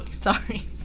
Sorry